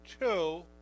two